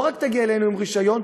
לא רק תגיע אלינו עם רישיון,